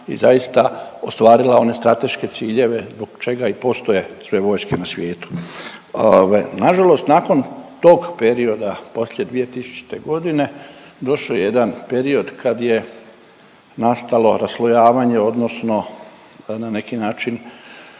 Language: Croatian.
i zaista ostvarila one strateške ciljeve zbog čega i postoje sve vojske na svijetu. Ovaj, nažalost nakon tog perioda poslije 2000. godine došao je jedan period kad je nastalo raslojavanje odnosno na neki način